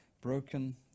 broken